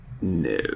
No